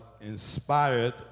inspired